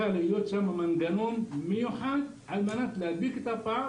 להיות מנגנון מיוחד על מנת להדביק את הפער,